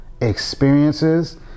Experiences